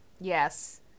Yes